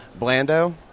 Blando